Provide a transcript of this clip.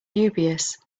dubious